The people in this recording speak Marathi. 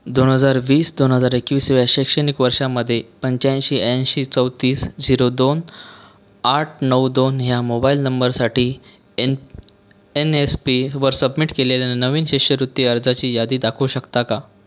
दोन हजार वीस दोन हजार एकवीस या शैक्षणिक वर्षामध्ये पंच्याऐंशी ऐंशी चौतीस झिरो दोन आठ नऊ दोन ह्या मोबाइल नंबरसाठी एन एन एस पीवर सबमिट केलेल्या नवीन शिष्यवृत्ती अर्जाची यादी दाखवू शकता का